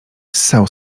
ssał